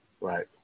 Right